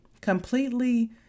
completely